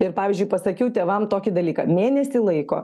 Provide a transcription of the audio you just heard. ir pavyzdžiui pasakiau tėvam tokį dalyką mėnesį laiko